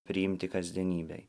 priimti kasdienybėj